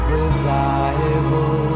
revival